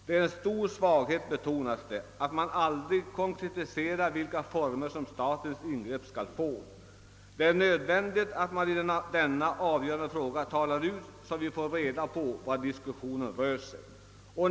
Det betonas att det är en stor svaghet att man aldrig konkretiserar vilka former statens ingrepp skall få. Det är nödvändigt att man i denna avgörande fråga talar ut, så att vi får reda på vad diskussionen rör sig om.